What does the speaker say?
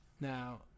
Now